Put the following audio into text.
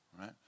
right